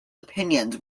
opinions